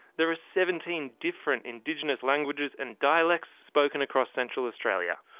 there are seventeen different indigenous languages and dialects spoken across central australia.